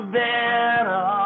better